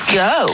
go